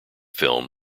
film